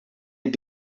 had